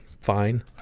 fine